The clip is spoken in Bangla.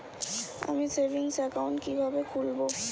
আমি সেভিংস অ্যাকাউন্ট কি করে খুলব?